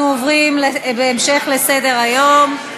אנחנו עוברים להמשך סדר-היום: